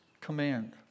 command